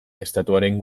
estatuaren